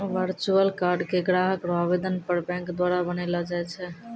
virtual card के ग्राहक रो आवेदन पर बैंक द्वारा बनैलो जाय छै